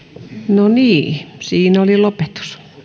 no niin siinä oli lopetus